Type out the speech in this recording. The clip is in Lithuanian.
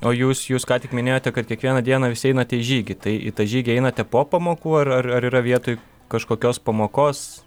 o jūs jūs ką tik minėjote kad kiekvieną dieną vis einate į žygį tai į tą žygį einate po pamokų ar yra vietoj kažkokios pamokos